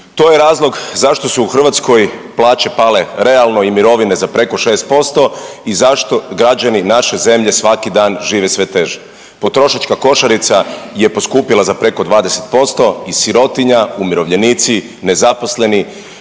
To je razlog zašto su u Hrvatskoj plaće pale realno i mirovine za preko 6% i zašto građani naše zemlje svaki dan žive sve teže. Potrošačka košarica je poskupila za preko 20% i sirotinja, umirovljenici, nezaposleni,